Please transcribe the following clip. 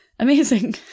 Amazing